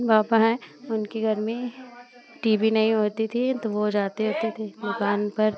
बाबा हैं उनके घर में टी वी नहीं होती थी तो वह जाते होते थे दुक़ान पर